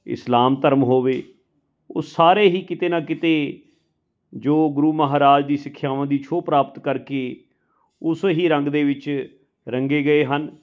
ਇਸਲਾਮ ਧਰਮ ਹੋਵੇ ਉਹ ਸਾਰੇ ਹੀ ਕਿਤੇ ਨਾ ਕਿਤੇ ਜੋ ਗੁਰੂ ਮਹਾਰਾਜ ਦੀ ਸਿੱਖਿਆਵਾਂ ਦੀ ਛੋਹ ਪ੍ਰਾਪਤ ਕਰਕੇ ਉਸੇ ਹੀ ਰੰਗ ਦੇ ਵਿੱਚ ਰੰਗੇ ਗਏ ਹਨ